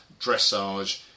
dressage